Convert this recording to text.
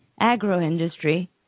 agro-industry